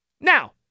Now